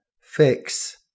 fix